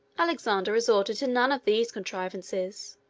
alexander resorted to none of these contrivances.